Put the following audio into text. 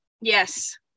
Yes